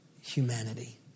humanity